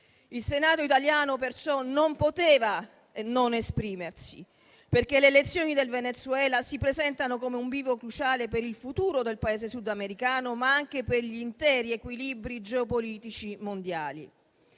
Il Senato italiano, perciò, non poteva non esprimersi, perché le elezioni del Venezuela si presentano come un bivio cruciale per il futuro del Paese sudamericano, ma anche per gli interi equilibri geopolitici mondiali.